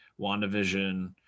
WandaVision